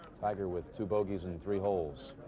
tiger with two bogeys in three holes,